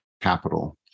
capital